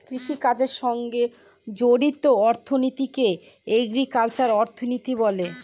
কৃষিকাজের সঙ্গে জড়িত অর্থনীতিকে এগ্রিকালচারাল অর্থনীতি বলে